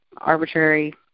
arbitrary